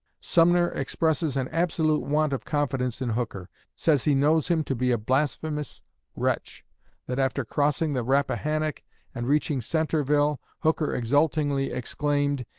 sumner expresses an absolute want of confidence in hooker says he knows him to be a blasphemous wretch that after crossing the rappahannock and reaching centreville, hooker exultingly exclaimed,